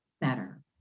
better